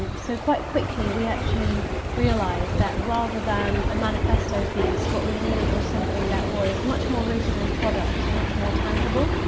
so quite quickly, quickly, we actually realised that rather than a manifesto piece. what we needed was something that was much more rooted in product. much more tangible.